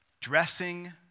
dressing